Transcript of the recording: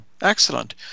excellent